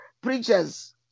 preachers